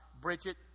Bridget